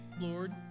Lord